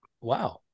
Wow